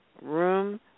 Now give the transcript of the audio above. room